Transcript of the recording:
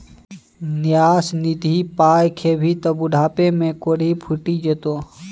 न्यास निधिक पाय खेभी त बुढ़ापामे कोढ़ि फुटि जेतौ